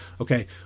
Okay